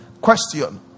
Question